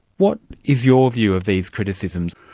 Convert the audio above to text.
what is your view of these criticisms?